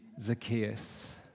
Zacchaeus